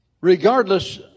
Regardless